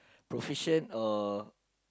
proficient or